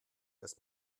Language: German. erst